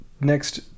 next